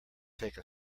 take